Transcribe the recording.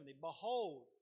Behold